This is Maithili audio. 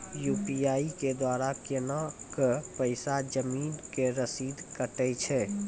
यु.पी.आई के द्वारा केना कऽ पैसा जमीन के रसीद कटैय छै?